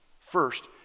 first